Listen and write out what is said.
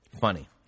Funny